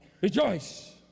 Rejoice